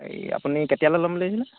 এই আপুনি কেতিয়ালৈ ল'ম বুলি আহিছিলে